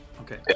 Okay